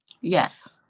Yes